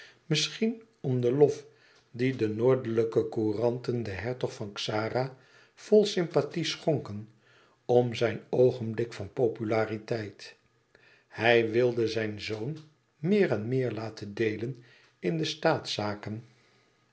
misschien om den lof die de noordelijke couranten den hertog van xara vol sympathie schonken om zijn oogenblik van populariteit hij wilde zijn zoon meer en meer laten deelen in de staatszaken